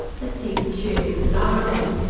had seemed sheerly desirable.